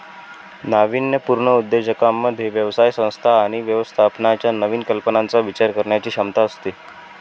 नाविन्यपूर्ण उद्योजकांमध्ये व्यवसाय संस्था आणि व्यवस्थापनाच्या नवीन कल्पनांचा विचार करण्याची क्षमता असते